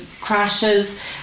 crashes